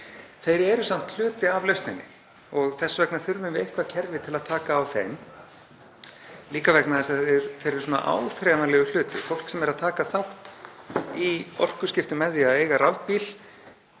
Þeir eru samt hluti af lausninni og þess vegna þurfum við eitthvert kerfi til að taka á þeim, líka vegna þess að þeir eru áþreifanlegur hluti. Fólk sem er að taka þátt í orkuskiptum með því að eiga rafbíl